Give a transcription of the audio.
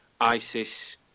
ISIS